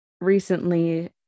recently